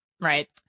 Right